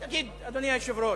תגיד, אדוני היושב-ראש,